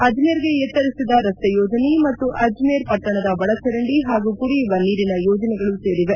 ಅಜ್ಲೇರ್ಗೆ ಎತ್ತರಿಸಿದ ರಸ್ತೆ ಯೋಜನೆ ಮತ್ತು ಅಜ್ಲೇರ್ ಪಟ್ಟಣದ ಒಳಚಂರಡಿ ಹಾಗೂ ಕುಡಿಯುವ ನೀರಿನ ಯೋಜನೆಗಳೂ ಸೇರಿವೆ